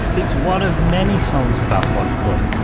it's one of many songs about onecoin